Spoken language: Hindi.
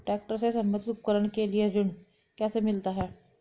ट्रैक्टर से संबंधित उपकरण के लिए ऋण कैसे मिलता है?